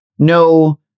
No